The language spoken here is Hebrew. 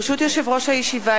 ברשות יושב-ראש הישיבה,